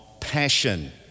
Passion